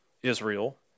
Israel